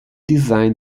designed